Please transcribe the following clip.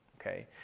okay